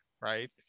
right